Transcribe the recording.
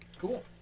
Cool